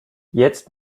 jetzt